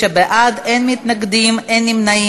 39 בעד, אין מתנגדים, אין נמנעים.